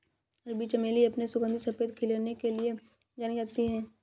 अरबी चमेली अपने सुगंधित सफेद खिलने के लिए जानी जाती है